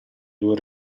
due